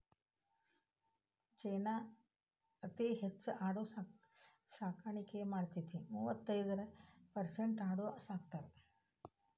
ಚೇನಾ ಅತೇ ಹೆಚ್ ಆಡು ಸಾಕಾಣಿಕೆ ಮಾಡತತಿ, ಮೂವತ್ತೈರ ಪರಸೆಂಟ್ ಆಡು ಸಾಕತಾರ